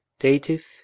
Dative